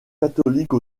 catholique